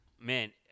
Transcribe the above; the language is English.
Man